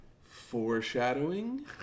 Foreshadowing